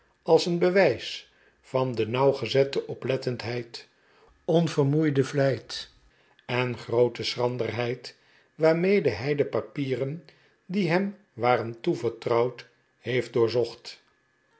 als een bewijs van de nauwgezette oplettendheid onvermoeide vlijt en groote schranderheid waarmede hij de papieren die hem waren toevertrouwd heeft doorzocht